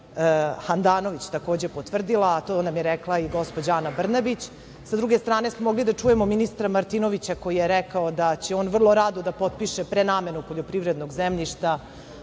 Handanović takođe potvrdila, a to nam je rekla i gospođa Ana Brnabić. Sa druge strane smo mogli da čujemo ministra Martinovića koji je rekao da će on vrlo rado da potpiše prenamenu poljoprivrednog zemljišta